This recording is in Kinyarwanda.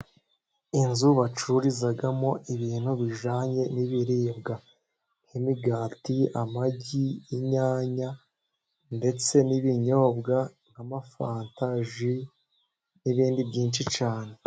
Inzu bacururizamo ibintu bijyanye n'ibiribwa nk'imigati, amagi, inyanya ndetse n'ibinyobwa nk'amafanta, ji, n'ibindi byinshi cyane.